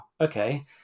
okay